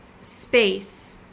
space